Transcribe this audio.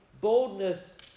boldness